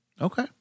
Okay